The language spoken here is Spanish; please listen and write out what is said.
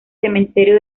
cementerio